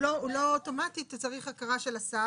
לא אוטומטית, כי צריך הכרה של השר.